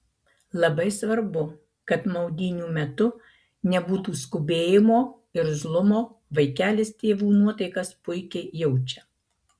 labai svarbu kad maudynių metu nebūtų skubėjimo irzlumo vaikelis tėvų nuotaikas puikiai jaučia